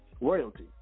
royalty